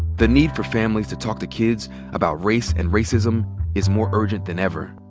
the need for families to talk to kids about race and racism is more urgent than ever.